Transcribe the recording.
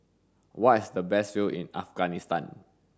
where is the best view in Afghanistan